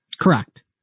correct